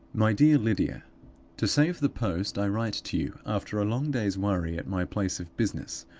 my dear lydia to save the post, i write to you, after a long day's worry at my place of business,